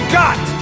got